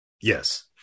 yes